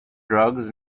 drugs